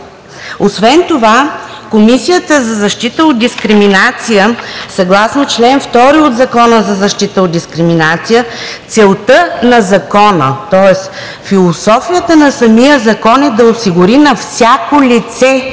Освен това Комисията за защита от дискриминация съгласно чл. 2 от Закона за защита от дискриминация – целта на Закона, тоест философията на самия закон, е да осигури на всяко лице